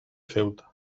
ceuta